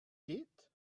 geht